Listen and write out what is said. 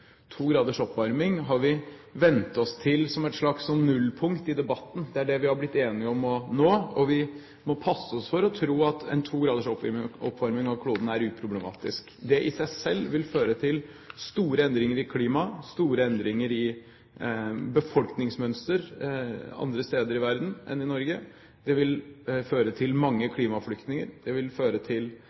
To graders oppvarming har vi vent oss til som et slags nullpunkt i debatten. Det er det vi er blitt enige om å nå, og vi må passe oss for å tro at en to graders oppvarming av kloden er uproblematisk. Det i seg selv vil føre til store endringer i klimaet, store endringer i befolkningsmønstre andre steder i verden enn i Norge, det vil føre til mange klimaflyktninger, det vil føre til